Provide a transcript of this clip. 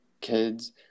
kids